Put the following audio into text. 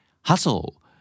Hustle